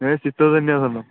ଏ ଶୀତ ଦିନିଆ ଧାନ